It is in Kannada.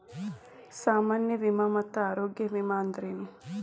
ಸಾಮಾನ್ಯ ವಿಮಾ ಮತ್ತ ಆರೋಗ್ಯ ವಿಮಾ ಅಂದ್ರೇನು?